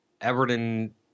Everton